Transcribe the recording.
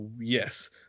Yes